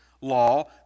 law